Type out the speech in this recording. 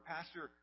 Pastor